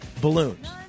balloons